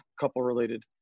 couple-related